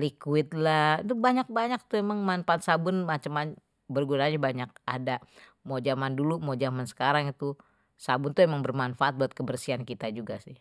liquid lah,, ntu banyak banyak tuh, emang manfaat sabun macem macem, ada mau zaman dulu, mau zaman sekarang tuh, sabun memang bermanfaat buat kebersihan kita juga sih.